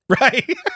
Right